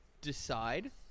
decide